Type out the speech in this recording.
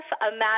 imagine